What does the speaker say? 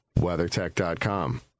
WeatherTech.com